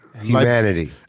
Humanity